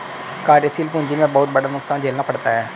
कार्यशील पूंजी में बहुत बड़ा नुकसान झेलना पड़ता है